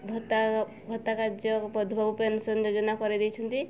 ଭତ୍ତା ଭତ୍ତା କାର୍ଯ୍ୟ ମଧୁବାବୁ ପେନ୍ସନ୍ ଯୋଜନା କରିଦେଇଛନ୍ତି